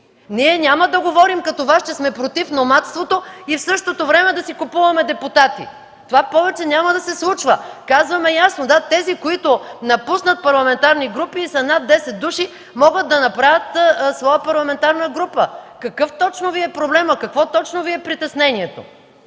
Ние няма да говорим като Вас, че сме против номадството, а в същото време да си купуваме депутати. Това повече няма да се случва. Казваме ясно – да, тези които напуснат парламентарни групи и са над 10 души, могат да направят своя парламентарна група. Какъв точно Ви е проблемът? Какво точно Ви е притеснението?